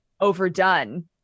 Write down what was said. overdone